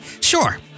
Sure